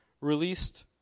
released